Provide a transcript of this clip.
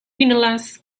pinellas